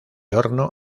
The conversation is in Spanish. horno